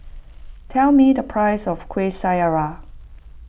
tell me the price of Kuih Syara